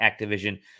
Activision